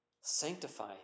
sanctify